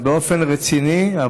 אבל באופן רציני,